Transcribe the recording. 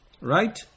Right